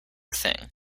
thing